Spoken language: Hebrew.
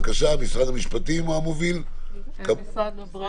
בבקשה, משרד המשפטים הוא המוביל?